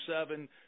seven